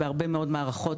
בהרבה מאוד מערכות,